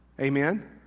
Amen